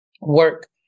work